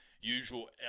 usual